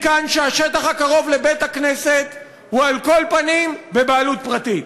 מכאן שהשטח הקרוב לבית-הכנסת הוא על כל פנים בבעלות פרטית.